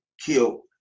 killed